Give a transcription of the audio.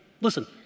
Listen